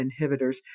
inhibitors